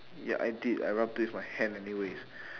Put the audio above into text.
ya I did I rubbed it with my hand anyways